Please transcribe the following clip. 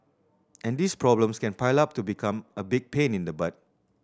and these problems can pile up to become a big pain in the butt